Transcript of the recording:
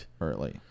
early